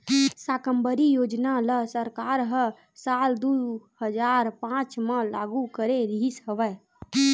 साकम्बरी योजना ल सरकार ह साल दू हजार पाँच म लागू करे रिहिस हवय